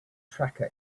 tracker